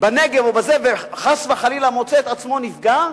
בנגב וחס וחלילה מוצא את עצמו נפגע,